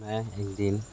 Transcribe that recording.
मैं एक दिन